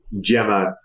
Gemma